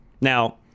Now